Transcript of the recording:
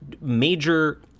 major